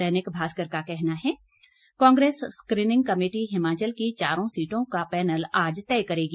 दैनिक भास्कर का कहना है कांग्रेस स्कीनिंग कमेटी हिमाचल की चारों सीटों का पैनल आज तय करेगी